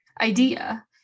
idea